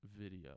video